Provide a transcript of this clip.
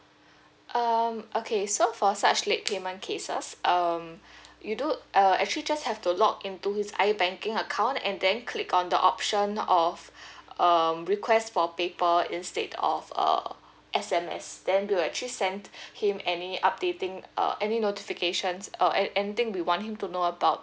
um okay so for such late payment cases um you do uh actually just have to log into his ibanking account and then click on the option of um request for paper instead of uh S_M_S then we'll actually sent him any updating uh any notifications uh anything we want him to know about